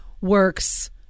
works